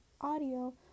audio